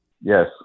Yes